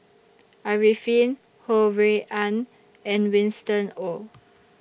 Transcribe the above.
Arifin Ho Rui An and Winston Oh